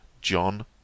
John